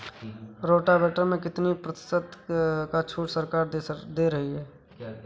Rotavator में कितनी प्रतिशत का छूट सरकार दे रही है?